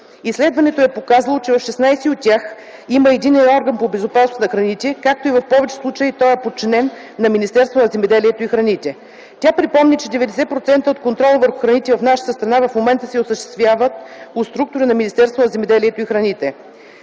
Изследването е показало, че в 16 от тях има единен орган по безопасност на храните, като в повечето случаи той е подчинен на Министерство на земеделието и храните. Тя припомни, че 90% от контрола върху храните в нашата страна в момента се осъществява от структури на Министерство на земеделието и храните.